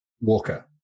Walker